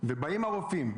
ובאים הרופאים,